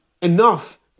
enough